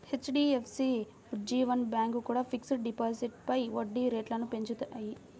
HDFC, Ujjivan bank కూడా fixed డిపాజిట్లపై వడ్డీ రేట్లను పెంచాయి